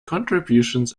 contributions